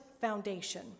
foundation